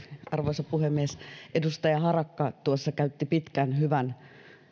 arvoisa puhemies edustaja harakka tuossa käytti pitkän hyvän